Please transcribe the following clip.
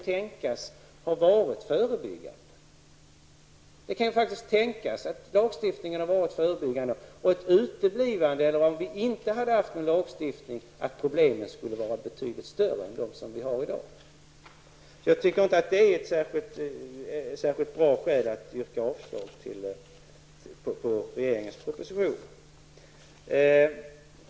Det kan ju faktiskt tänkas att lagstiftningen har varit förebyggande och att problemen i dag skulle ha varit betydligt större än de är om vi inte hade haft någon lagstiftning. Jag tycker alltså inte att det är något särskilt bra skäl för att yrka avslag på regeringens proposition.